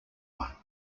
one